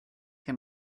him